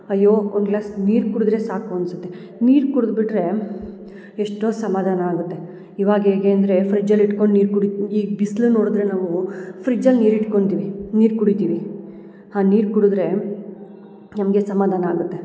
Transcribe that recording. ಅಯ್ಯೋ ಒಂದು ಗ್ಲಾಸ್ ನೀರು ಕುಡದ್ರೆ ಸಾಕು ಅನ್ಸುತ್ತೆ ನೀರು ಕುಡ್ದು ಬಿಟ್ಟರೆ ಎಷ್ಟೋ ಸಮಾಧಾನ ಆಗುತ್ತೆ ಇವಾಗ ಹೇಗೆ ಅಂದರೆ ಫ್ರಿಜ್ಜಲ್ಲಿ ಇಟ್ಕೊಂಡು ನೀರು ಕುಡಿ ಈ ಬಿಸ್ಲು ನೋಡಿದರೆ ನಾವು ಫ್ರಿಜ್ಜಲ್ಲಿ ನೀರು ಇಟ್ಕೊಂತೀವಿ ನೀರು ಕುಡಿತಿವಿ ಆ ನೀರು ಕುಡುದ್ರೆ ನಮ್ಗೆ ಸಮಾಧಾನ ಆಗತ್ತೆ